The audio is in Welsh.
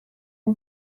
yng